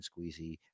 squeezy